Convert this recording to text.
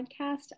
podcast